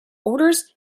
orders